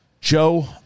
Joe